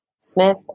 Smith